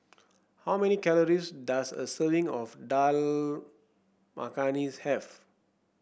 how many calories does a serving of Dal Makhani have